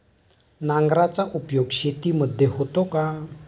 नांगराचा उपयोग शेतीमध्ये होतो का?